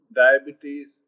diabetes